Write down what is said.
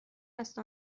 است